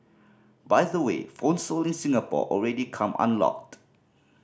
by the way phones sold in Singapore already come unlocked